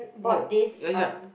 oh ya ya